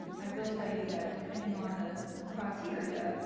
i will tell you that depending on the criteria,